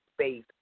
space